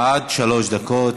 עד שלוש דקות.